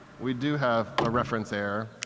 we do have a reference error.